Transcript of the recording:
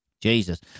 Jesus